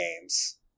games